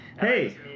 Hey